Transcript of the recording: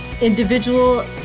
individual